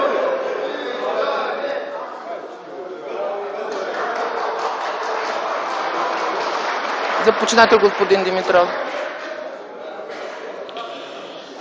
Заповядайте, господин Димитров.